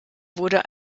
wurde